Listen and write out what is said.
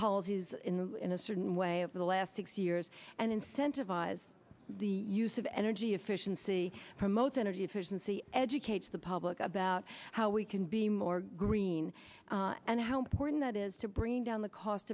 policies in a certain way of the last six years and incentivize the use of energy efficiency promote energy efficiency educates the public about how we can be more green and how important that is to bring down the cost